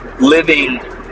living